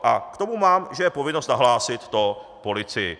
K tomu mám, že je povinnost nahlásit to policii.